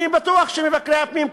אני בטוח שמבקרי הפנים,